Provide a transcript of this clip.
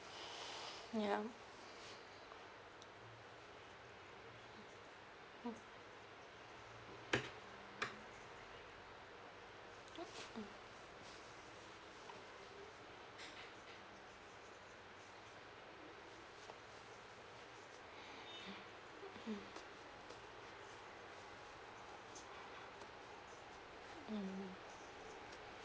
ya mm mm mm mm mmhmm